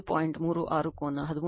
36 ಕೋನ 13